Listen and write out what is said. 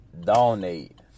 donate